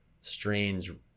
strange